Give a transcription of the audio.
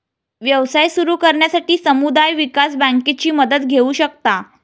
व्यवसाय सुरू करण्यासाठी समुदाय विकास बँकेची मदत घेऊ शकता